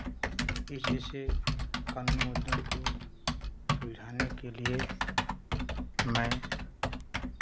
कि जैसे कानूनी मुद्दा को सुलझाने के लिए मैं